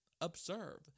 observe